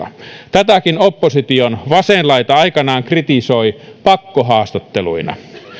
tätäkin opposition vasen laita aikanaan kritisoi pakkohaastatteluina